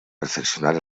perfeccionar